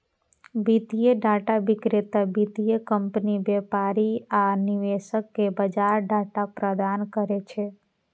वित्तीय डाटा विक्रेता वित्तीय कंपनी, व्यापारी आ निवेशक कें बाजार डाटा प्रदान करै छै